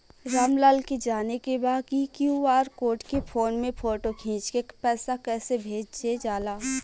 राम लाल के जाने के बा की क्यू.आर कोड के फोन में फोटो खींच के पैसा कैसे भेजे जाला?